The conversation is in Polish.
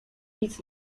nic